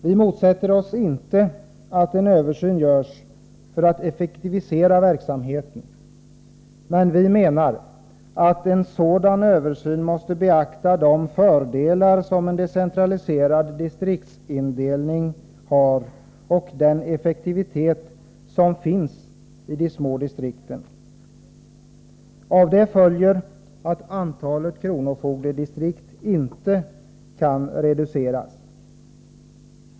Vi motsätter oss inte att en översyn görs för att effektivisera verksamheten. Men vi anser att en sådan översyn måste beakta de fördelar som en decentraliserad distriktsindelning har och den effektivitet som finns i de små distrikten. Av det följer att antalet kronofogdedistrikt inte kan reduceras.